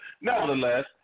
nevertheless